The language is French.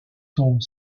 sont